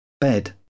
bed